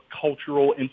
cultural